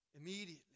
immediately